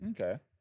Okay